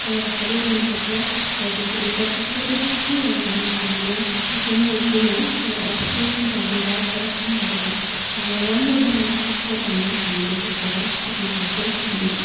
प्रयास गरिरहनुपर्छ र त्यसरी प्रेक्टिस गर्दै सिकिरह्यो भने हामीले एकदिन न एकदिन है त्यसलाई अवश्य सुधारेर करेक्सन गरेर हामीले राम्रो बनाउन सक्छ भन्ने हामीले त्यसबट सिक्न सक्यो मैले